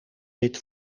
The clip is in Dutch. zit